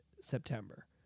September